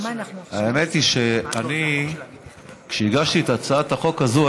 אנחנו עוברים עכשיו להצעת חוק המפלגות (תיקון מס' 24),